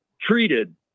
treated